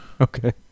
Okay